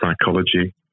psychology